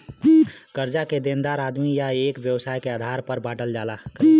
कर्जा के देनदार आदमी या एक व्यवसाय के आधार पर बांटल जाला